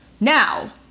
Now